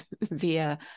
via